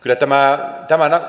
kyllä